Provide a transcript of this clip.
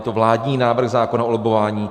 Je to vládní návrh zákona o lobbování.